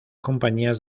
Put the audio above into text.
compañías